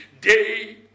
day